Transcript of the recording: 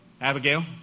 Abigail